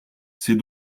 c’est